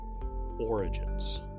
Origins